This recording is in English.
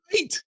Right